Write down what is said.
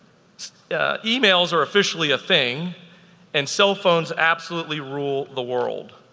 so yeah emails are officially a thing and cellphones absolutely rule the world.